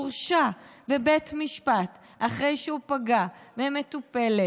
הורשע בבית משפט אחרי שהוא פגע במטופלת,